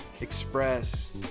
express